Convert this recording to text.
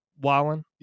Wallen